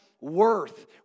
Worth